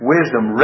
Wisdom